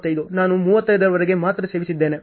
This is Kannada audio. ನಾನು 35 ರವರೆಗೆ ಮಾತ್ರ ಸೇವಿಸಿದ್ದೇನೆ